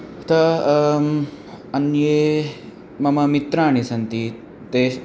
उत आम् अन्ये मम मित्राणि सन्ति तेषां